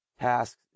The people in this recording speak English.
tasks